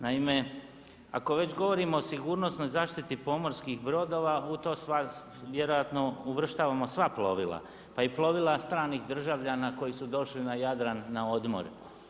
Naime, ako već govorimo o sigurnosnoj zaštiti pomorskih brodova, u to vjerojatno uvrštavamo sva plovila, pa i plovila stranih državljana koji su došli na Jadran na odmor.